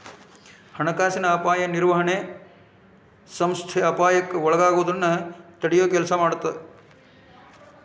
ಹಣಕಾಸಿನ ಅಪಾಯ ನಿರ್ವಹಣೆ ಸಂಸ್ಥೆ ಅಪಾಯಕ್ಕ ಒಳಗಾಗೋದನ್ನ ತಡಿಯೊ ಕೆಲ್ಸ ಮಾಡತ್ತ